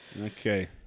Okay